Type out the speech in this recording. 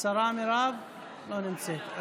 השרה מירב לא נמצאת.